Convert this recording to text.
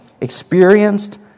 experienced